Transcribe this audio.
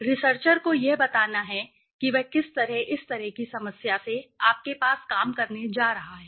researcher को यह बताना है कि वह किस तरह इस तरह की समस्या से आपके पास काम करने जा रहा है